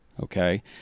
okay